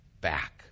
back